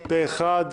פה-אחד.